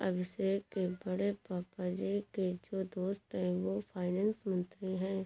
अभिषेक के बड़े पापा जी के जो दोस्त है वो फाइनेंस मंत्री है